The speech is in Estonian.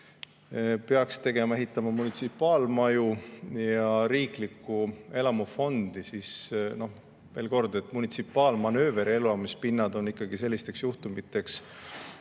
peaks ehitama munitsipaalmaju ja riiklikku elamufondi. Veel kord, munitsipaal- ja manööverelamispinnad on ikkagi sellisteks juhtumiteks,